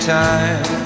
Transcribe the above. time